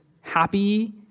happy